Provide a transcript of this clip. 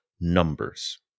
numbers